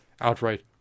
outright